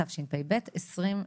התשפ"ב-2022,